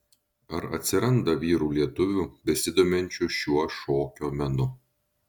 ar atsiranda vyrų lietuvių besidominčių šiuo šokio menu